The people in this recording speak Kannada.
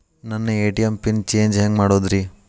ನನ್ನ ಎ.ಟಿ.ಎಂ ಪಿನ್ ಚೇಂಜ್ ಹೆಂಗ್ ಮಾಡೋದ್ರಿ?